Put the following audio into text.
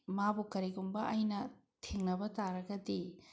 ꯃꯥꯕꯨ ꯀꯔꯤꯒꯨꯝꯕ ꯑꯩꯅ ꯊꯦꯡꯅꯕ ꯇꯥꯔꯒꯗꯤ